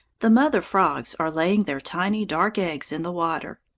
the mother frogs are laying their tiny dark eggs in the water.